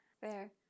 Fair